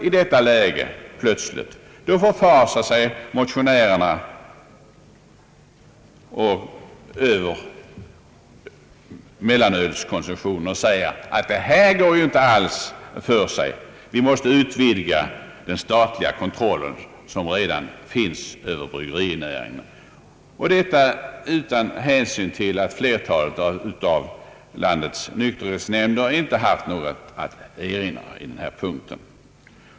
I detta läge förfasar sig motionärerna plötsligt över mellanölskonsumtionen och säger, att detta inte alls går för sig, utan vi måste utvidga den statliga kontroll som redan finns över bryggerinäringen; detta utan hänsyn till att flertalet av landets nykterhetsnämnder inte har haft något att erinra på denna punkt.